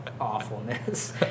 awfulness